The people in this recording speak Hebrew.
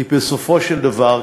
כי בסופו של דבר,